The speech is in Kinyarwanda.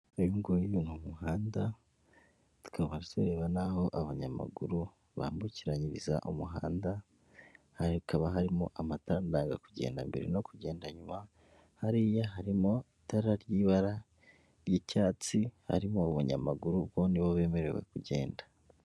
Uyu nguyu ni umuhanda tukaba tureba naho abanyamaguru bambukiranyiriza umuhanda hari hakaba harimo amatara ndanga kugenda mbere no kugenda inyuma hariya harimo itara ry'ibara ry'icyatsi harimo abanyamaguru kuko nibo bemerewe kugenda.